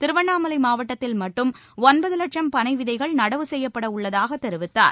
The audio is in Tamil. திருவண்ணாலை மாவட்டத்தில் மட்டும் ஒன்பது வட்சம் பனை விதைகள் நடவு செய்யப்பட உள்ளதாகத் தெரிவித்தார்